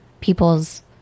people's